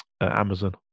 Amazon